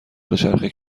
دوچرخه